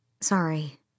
Sorry